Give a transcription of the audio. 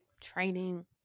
training